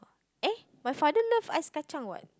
eh my father love Ice-Kacang what